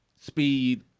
speed